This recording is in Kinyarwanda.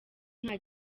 nta